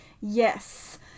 Yes